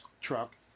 truck